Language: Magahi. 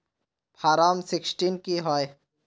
फारम सिक्सटीन की होय?